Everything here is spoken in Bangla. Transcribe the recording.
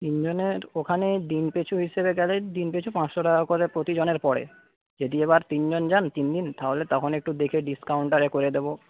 তিনজনের ওখানে দিন পিছু হিসেবে গেলে দিন পিছু পাঁচশ টাকা করে প্রতি জনের পড়ে যদি এবার তিনজন যান তিনদিন তাহলে তখন একটু দেখে ডিসকাউন্ট তাহলে করে দেব